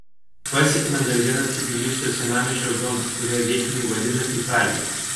pasiekėme dar vieną tbilisio senamiesčio zoną kurią vietiniai vadina italija